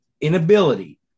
inability